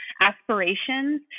aspirations